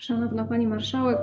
Szanowna Pani Marszałek!